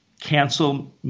cancel